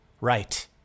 right